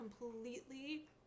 completely